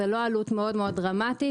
וזאת לא עלות מאוד מאוד דרמטית,